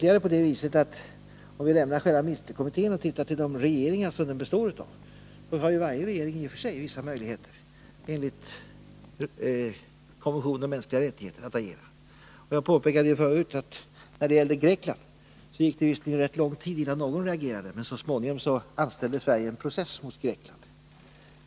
Om vi lämnar själva ministerkommittén och ser till de regeringar som den består av, kan vi ytterligare konstatera att varje regering för sig har vissa möjligheter att agera enligt konventionen om de mänskliga rättigheterna. Jag påpekade förut att det när det gällde Grekland visserligen gick rätt lång tidinnan någon agerade, men så småningom anställde Sverige en process mot Grekland.